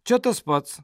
čia tas pats